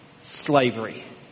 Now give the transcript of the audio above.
Slavery